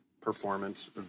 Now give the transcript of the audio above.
performance